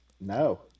No